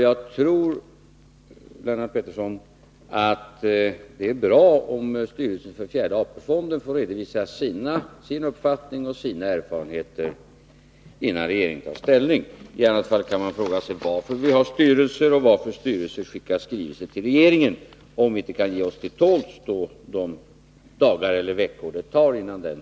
Jag tror, Lennart Pettersson, att det är bra om styrelsen för fjärde AP-fonden får redovisa sin uppfattning och sina erfarenheter innan regeringen tar ställning. Om vi inte kan ge oss till tåls de dagar eller veckor det tar innan denna skrivelse inkommer, kan man fråga sig varför vi har styrelser och varför styrelser skickar skrivelser till regeringen.